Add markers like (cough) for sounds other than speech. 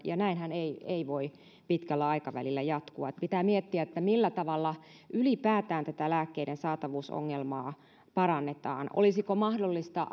ja näinhän ei ei voi pitkällä aikavälillä jatkua pitää miettiä millä tavalla ylipäätään tätä lääkkeiden saatavuusongelmaa parannetaan olisiko mahdollista (unintelligible)